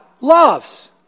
loves